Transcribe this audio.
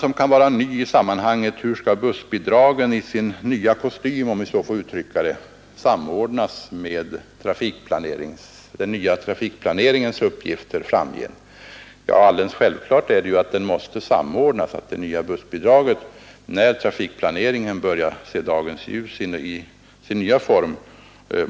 Sedan kommer frågan hur bussbidragen i sin nya kostym — om jag får uttrycka det så — skall samordnas med den nya trafikplaneringens uppgifter framgent. Ja, det är alldeles självklart att frågan om bussbidrag måste samordnas på något sätt med trafikplaneringen när den börjar se dagens ljus i sin nya form.